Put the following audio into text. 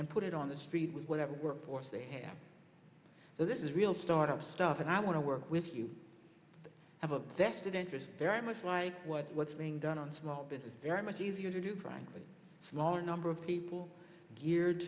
and put it on the street with whatever workforce they have so this is real startup stuff and i want to work with you have a vested interest very much like what's being done on small business very much easier to do frankly smaller number of people